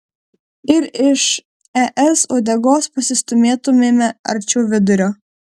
ir iš es uodegos pasistūmėtumėme arčiau vidurio